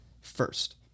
first